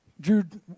Jude